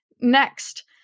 next